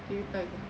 dia reply aku